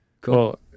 cool